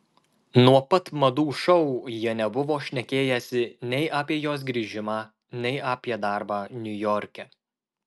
nuo pat madų šou jie nebuvo šnekėjęsi nei apie jos grįžimą nei apie darbą niujorke